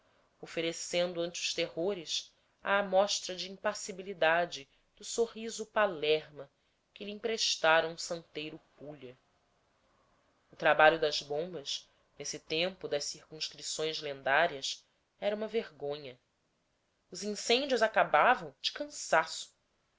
oferecendo ante os terrores a amostra de impassibilidade do sorriso palerma que lhe emprestara um santeiro pulha o trabalho das bombas nesse tempo das circunscrições lendárias era uma vergonha os incêndios acabavam de cansaço